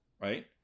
right